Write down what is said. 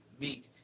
meet